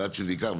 ועד שזה ייקח,